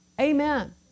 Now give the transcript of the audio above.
Amen